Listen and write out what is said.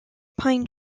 pine